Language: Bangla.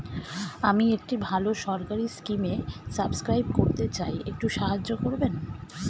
আমি একটি ভালো সরকারি স্কিমে সাব্সক্রাইব করতে চাই, একটু সাহায্য করবেন?